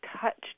touched